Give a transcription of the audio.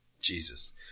Jesus